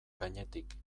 gainetik